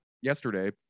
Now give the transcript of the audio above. yesterday